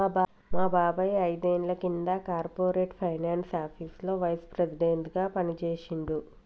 మా బాబాయ్ ఐదేండ్ల కింద కార్పొరేట్ ఫైనాన్స్ ఆపీసులో వైస్ ప్రెసిడెంట్గా పనిజేశిండు